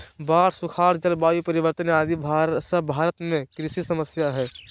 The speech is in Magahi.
बाढ़, सुखाड़, जलवायु परिवर्तन आदि सब भारत में कृषि समस्या हय